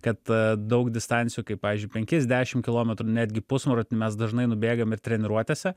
kad daug distancijų kaip pavyzdžiui penkis dešimt kilometrų netgi pusmaratonį mes dažnai nubėgam ir treniruotėse